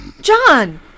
John